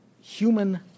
human